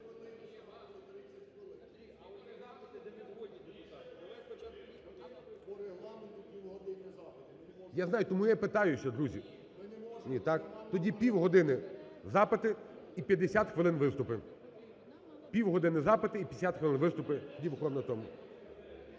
Я знаю, тому я питаюся, друзі. Тоді півгодини запити і 50 хвилин виступи, півгодини запити і 50 хвилин виступи. Дякую. Зараз